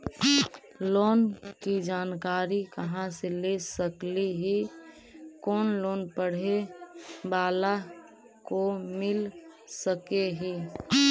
Loan की जानकारी कहा से ले सकली ही, कोन लोन पढ़े बाला को मिल सके ही?